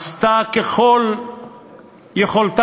עשתה ככל יכולתה